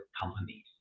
companies